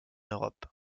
europe